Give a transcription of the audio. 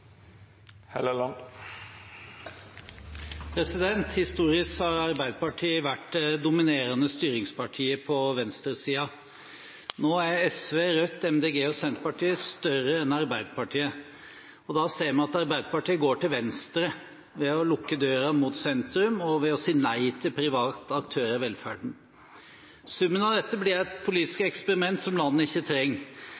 har Arbeiderpartiet vært det dominerende styringspartiet på venstresiden. Nå er SV, Rødt, Miljøpartiet De Grønne og Senterpartiet større enn Arbeiderpartiet. Da ser vi at Arbeiderpartiet går til venstre ved å lukke døra mot sentrum og ved å si nei til private aktører i velferden. Summen av dette blir et politisk